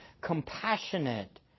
compassionate